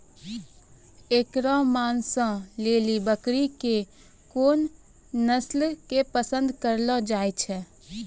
एकरो मांसो लेली बकरी के कोन नस्लो के पसंद करलो जाय छै?